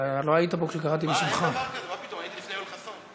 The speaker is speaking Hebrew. אין דבר כזה, מה פתאום, הייתי לפני יואל חסון.